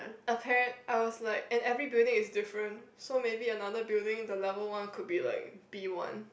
apparent I was like and every building is different so maybe another building the level one could be like B one